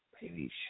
Baby